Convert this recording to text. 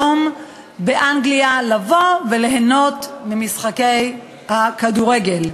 היום באנגליה לבוא וליהנות ממשחקי הכדורגל.